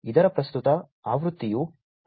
ಇದರ ಪ್ರಸ್ತುತ ಆವೃತ್ತಿಯು IIRA v1